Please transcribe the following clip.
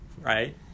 right